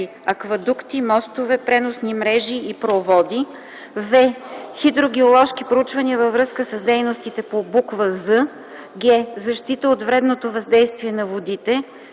аквадукти, мостове, преносни мрежи и проводи; в) хидрогеоложки проучвания във връзка с дейностите по буква „з”; г) защита от вредното въздействие на водите;